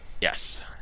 yes